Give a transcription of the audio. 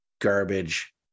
garbage